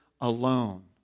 alone